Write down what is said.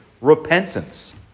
repentance